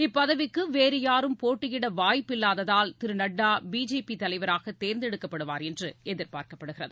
இப்பதவிக்கு வேறு யாரும் போட்டியிட வாய்ப்பில்லாததால் திரு நட்டா பிஜேபி தலைவராக தேர்ந்தெடுக்கப்படுவார் என்று எதிர்பார்க்கப்படுகிறது